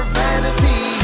vanity